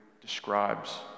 describes